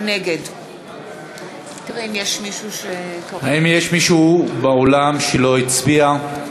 נגד האם יש מישהו באולם שלא הצביע?